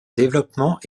développement